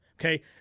Okay